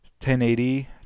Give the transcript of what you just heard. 1080